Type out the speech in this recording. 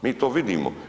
Mi to vidimo.